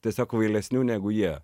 tiesiog kvailesniu negu jie